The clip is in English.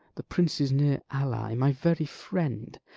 the prince's near ally, my very friend,